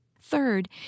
Third